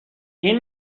این